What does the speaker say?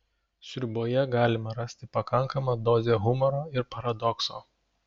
sriuboje galima rasti pakankamą dozę humoro ir paradokso